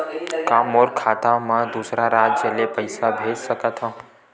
का मोर खाता म दूसरा राज्य ले पईसा भेज सकथव?